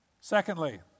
Secondly